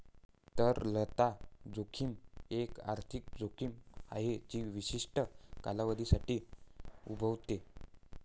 तरलता जोखीम एक आर्थिक जोखीम आहे जी विशिष्ट कालावधीसाठी उद्भवते